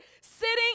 Sitting